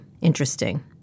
interesting